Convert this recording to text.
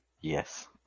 Yes